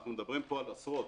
אנחנו מדברים פה על עשרות,